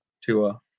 Tua